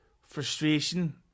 frustration